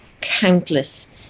countless